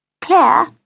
Claire